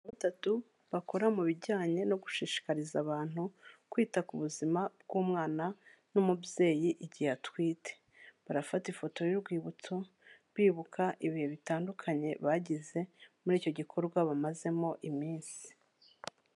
Abantu batatu bakora mu bijyanye no gushishikariza abantu, kwita ku buzima bw'umwana n'umubyeyi igihe atwite. Barafata ifoto y'urwibutso bibuka ibihe bitandukanye bagize muri icyo gikorwa bamazemo iminsi.